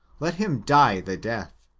let him die the death.